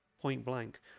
point-blank